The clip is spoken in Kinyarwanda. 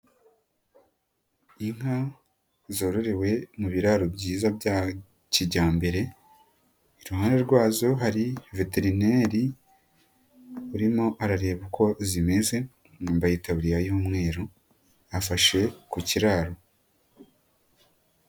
Inka zororewe mu biraro byiza bya kijyambere, iruhande rwazo hari veterineri urimo arareba uko zimeze yambaye itaburiya y'umweru afashe ku kiraro.